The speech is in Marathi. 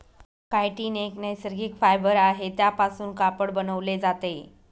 कायटीन एक नैसर्गिक फायबर आहे त्यापासून कापड बनवले जाते